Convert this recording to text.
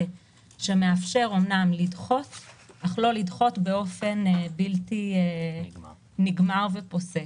שמאפשר אמנם לדחות אך לא לדחות באופן בלתי נגמר ופוסק,